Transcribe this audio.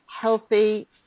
healthy